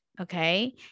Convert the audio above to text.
Okay